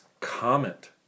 comment